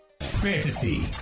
Fantasy